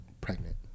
pregnant